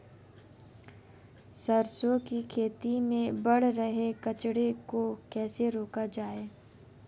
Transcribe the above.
सरसों की खेती में बढ़ रहे कचरे को कैसे रोका जाए?